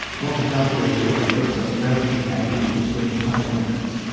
what it does do is it looks at relative value between funding options.